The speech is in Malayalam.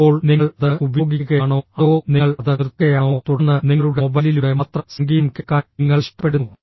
ഇപ്പോൾ നിങ്ങൾ അത് ഉപയോഗിക്കുകയാണോ അതോ നിങ്ങൾ അത് നിർത്തുകയാണോ തുടർന്ന് നിങ്ങളുടെ മൊബൈലിലൂടെ മാത്രം സംഗീതം കേൾക്കാൻ നിങ്ങൾ ഇഷ്ടപ്പെടുന്നു